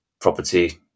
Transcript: property